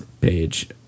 page